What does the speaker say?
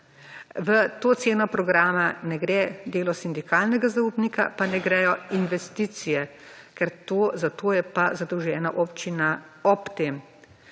V to ceno programa ne gre delo sindikalnega zaupnika in ne grejo investicije, ker za to je pa zadolžena občina ob